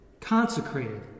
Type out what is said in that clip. consecrated